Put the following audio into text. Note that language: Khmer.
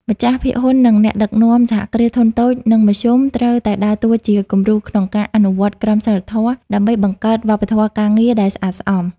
ម្ចាស់ភាគហ៊ុន និងអ្នកដឹកនាំ សហគ្រាសធុនតូច និងមធ្យម ត្រូវតែដើរតួជាគំរូក្នុងការអនុវត្តក្រមសីលធម៌ ដើម្បីបង្កើតវប្បធម៌ការងារដែលស្អាតស្អំ។